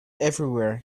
everywhere